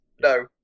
no